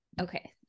okay